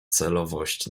celowość